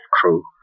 crew